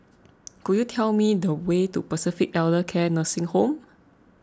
could you tell me the way to Pacific Elder Care Nursing Home